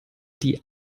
die